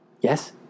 Yes